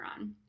on